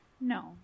No